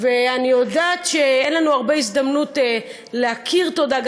אני יודעת שאין לנו הרבה הזדמנויות להכיר טובה,